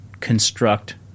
Construct